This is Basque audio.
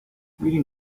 miren